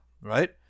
right